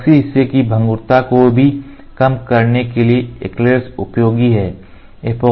epoxy हिस्से की भंगुरता को भी कम करने के लिए एक्रिलेट्स उपयोगी हैं